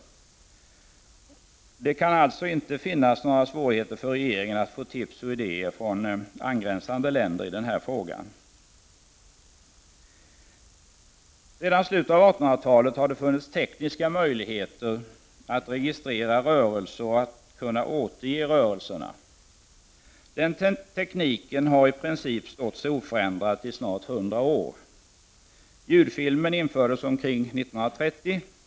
Det kan alltså inte finnas några svårigheter för regeringen att få tips och idéer från angränsande länder i den här frågan. Sedan slutet av 1800-talet har det funnits tekniska möjligheter att registrera rörelser och att kunna återge rörelserna. Den tekniken har i princip stått sig oförändrad i snart 100 år. Ljudfilmen infördes omkring år 1930.